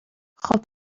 خوب